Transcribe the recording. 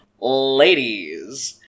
Ladies